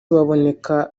baboneka